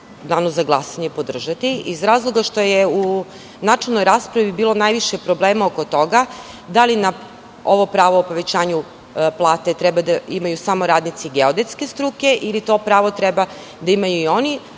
danu za glasanje podržati, iz razloga što je u načelnoj raspravi bilo najviše problema oko toga, da li ovo pravo o povećanju plate treba da imaju samo radnici geodetske struke, ili to pravo treba da imaju i oni